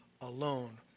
alone